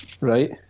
right